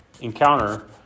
encounter